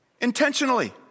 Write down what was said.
intentionally